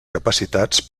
capacitats